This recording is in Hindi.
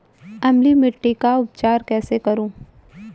अम्लीय मिट्टी का उपचार कैसे करूँ?